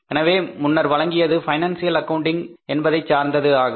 எனவே முன்னர் வழங்கியது பைனான்சியல் அக்கவுண்டிங் என்பதை சார்ந்தது ஆகும்